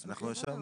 אנחנו ישבנו,